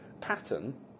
pattern